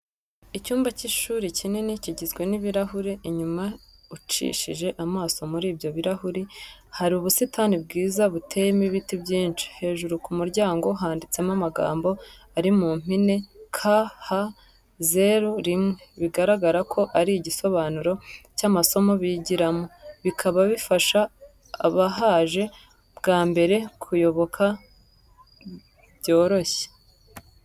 Icyumba cy'ishuri kinini kigizwe n'ibirahure. Inyuma ucishije amaso muri ibyo birahure hari ubusitani bwiza buteyemo ibiti byinshi, hejuru ku muryango handitse amagambo ari mu mpine KHO1 bigaragara ko ari igisobanuro cy'amasomo bigiramo, bikaba bifasha abahaje bwa mbere kuyoboka byoroshye.